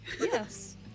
yes